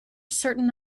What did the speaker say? certain